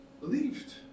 believed